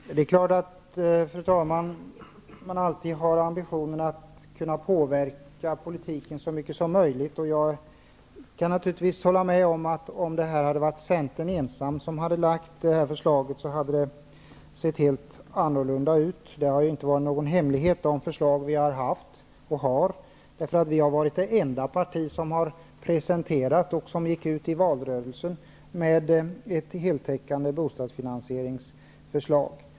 Fru talman! Det är klart att man alltid har ambitionen att kunna påverka politiken så mycket som möjligt. Jag kan naturligtvis hålla med om att om vi i Centern hade lagt fram förslaget hade det sett helt annorlunda ut. De förslag vi har haft har inte varit hemliga. Vi var det enda parti som presenterade och gick ut i valrörelsen med ett heltäckande förslag till bostadsfinansiering.